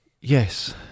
Yes